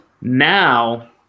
Now